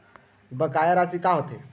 बकाया राशि का होथे?